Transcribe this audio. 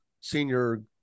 senior